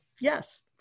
yes